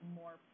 more